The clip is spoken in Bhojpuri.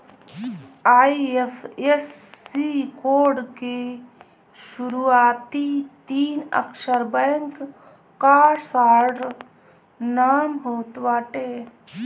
आई.एफ.एस.सी कोड के शुरूआती तीन अक्षर बैंक कअ शार्ट नाम होत बाटे